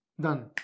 Done